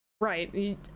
Right